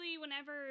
whenever